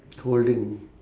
holding